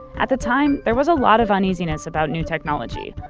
at the time, there was a lot of uneasiness about new technology.